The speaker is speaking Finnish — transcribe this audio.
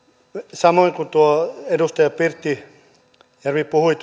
samoin kuin edustaja pirttilahti puhui